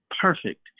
perfect